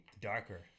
darker